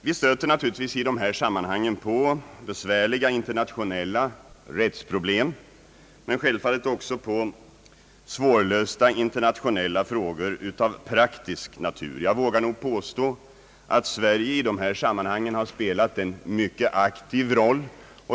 Vi stöter naturligtvis i dessa sammanhang på besvärliga internationella rättsproblem men självfallet också på svårlösta internationella frågor av praktisk natur. Jag vågar nog påstå att Sverige i dessa sammanhang har spelat en mycket aktiv roll.